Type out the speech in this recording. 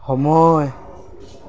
সময়